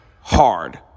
hard